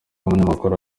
umunyamakuru